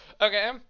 Okay